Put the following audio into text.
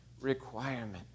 requirement